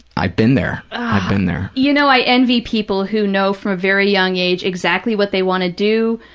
i've been there. i've been there. you know, i envy people who know from a very young age exactly what they want to do,